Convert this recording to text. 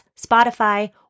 Spotify